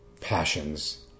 passions